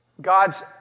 God's